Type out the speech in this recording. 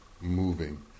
moving